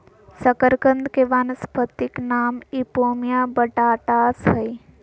शकरकंद के वानस्पतिक नाम इपोमिया बटाटास हइ